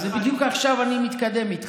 אז בדיוק עכשיו אני מתקדם איתך,